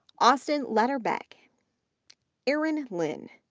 austin lutterbach, aaron lynn,